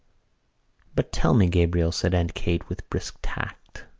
but tell me, gabriel, said aunt kate, with brisk tact.